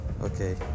okay